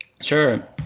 Sure